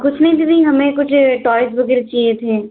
कुछ नहीं दीदी हमें कुछ टॉयज़ वगैरह चाहिए थे